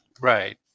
right